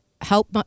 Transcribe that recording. help